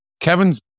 Kevin's